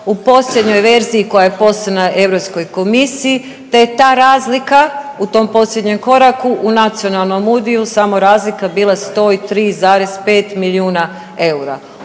u posljednjoj verziji koja je poslana Europskoj komisiji, te ta razlika u tom posljednjem koraku u nacionalnom udiu samo razlika bila 103,5 milijuna eura.